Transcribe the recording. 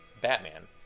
Batman